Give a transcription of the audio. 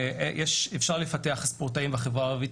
אפשר לפתח ספורטאים מצטיינים בחברה הערבית,